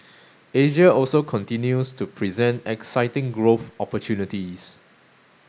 Asia also continues to present exciting growth opportunities